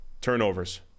turnovers